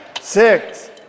six